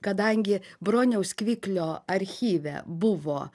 kadangi broniaus kviklio archyve buvo